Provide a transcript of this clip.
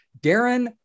Darren